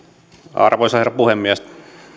arvoisa herra puhemies